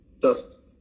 dust